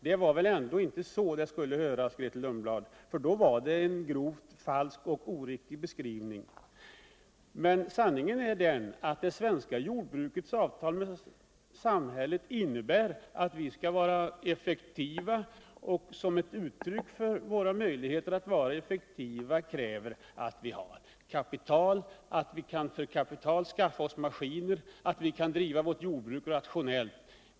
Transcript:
Det var väl ändå inte så yttrandet skulle uppfattas, för då var det en grovt falsk och oriktig beskrivning. Sanningen är den att det svenska jordbrukets avtal med samhället innebär att vi skall vara effektiva. För att vi skall kunna vara det krävs att vi har kapital, som gör det möjligt för oss att skaffa maskiner och driva jordbruket rationellt.